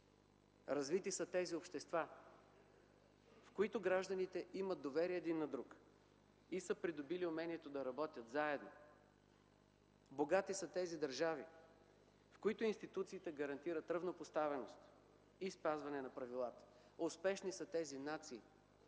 Развити са тези общества, в които гражданите имат доверие един на друг и са придобили умението да работят заедно. Богати са тези държави, в които институциите гарантират равнопоставеност и спазване на правилата. Успешни са тези нации,